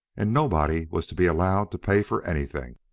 and nobody was to be allowed to pay for anything.